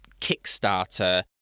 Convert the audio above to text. Kickstarter